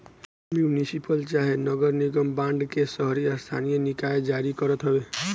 municipal चाहे नगर निगम बांड के शहरी स्थानीय निकाय जारी करत हवे